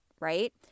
right